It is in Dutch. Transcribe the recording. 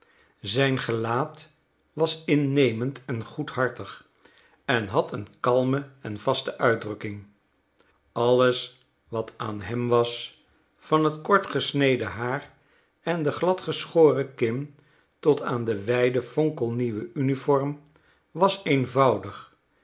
zijn gelaat was innemend en goedhartig en had een kalme en vaste uitdrukking alles wat aan hem was van het kort gesneden haar en de gladgeschoren kin tot aan de wijde fonkelnieuwe uniform was eenvoudig